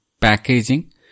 packaging